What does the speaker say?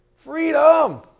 Freedom